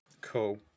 Cool